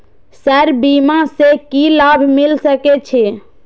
Sir बीमा से की लाभ मिल सके छी?